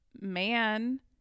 man